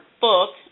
book